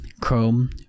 Chrome